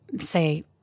say